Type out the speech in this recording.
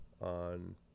on